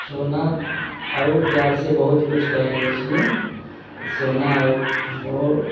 सोना आओर प्यारसँ बहुत किछु कहै जाइ छियै सोना ओ ओ